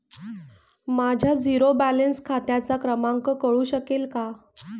माझ्या zero balance खात्याचा क्रमांक कळू शकेल का?